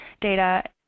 data